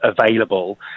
available